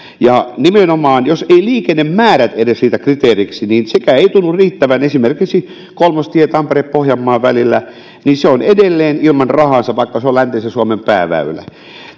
nimenomaan jos eivät liikennemäärät edes riitä kriteeriksi sekään ei tunnu riittävän kun esimerkiksi kolmostie tampere pohjanmaa välillä on edelleen ilman rahaansa vaikka se on läntisen suomen pääväylä